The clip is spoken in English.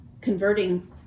converting